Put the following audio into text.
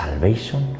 salvation